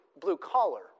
blue-collar